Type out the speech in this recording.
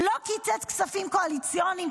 לא קיצץ כספים קואליציוניים,